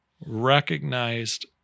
recognized